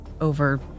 over